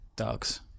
dogs